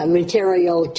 material